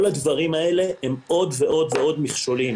כל הדברים האלה הם עוד ועוד מכשולים.